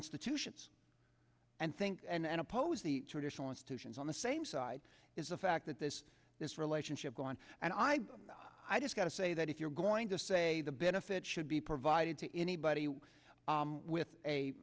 institutions and think and oppose the traditional institutions on the same side is the fact that this this relationship go on and i i just got to say that if you're going to say the benefit should be provided to anybody with a